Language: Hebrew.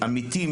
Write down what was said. עמיתי,